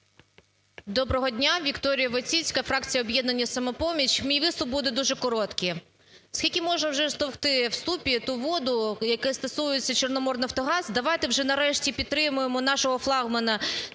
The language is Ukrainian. Доброго дня. Вікторія Войціцька, фракція "Об'єднання "Самопоміч". Мій виступ буде дуже короткий. Скільки можна вже товкти в ступі ту воду, яка стосується "Чорноморнафтогаз"? Давайте вже нарешті підтримаємо нашого флагмана